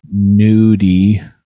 nudie